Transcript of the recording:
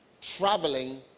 Traveling